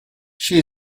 she